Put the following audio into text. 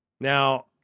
Now